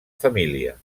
família